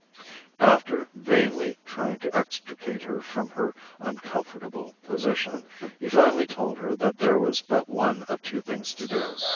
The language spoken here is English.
after vainly trying to extricate her from her uncomfortable position he finally told her that there was but one of two things to do,